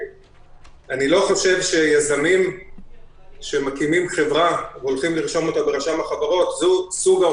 חבר'ה, זו לא